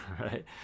right